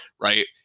right